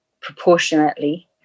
proportionately